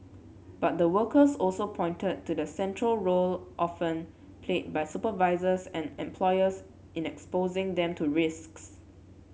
but the workers also pointed to the central role often played by supervisors and employers in exposing them to risks